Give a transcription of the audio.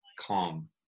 calm